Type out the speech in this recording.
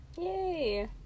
Yay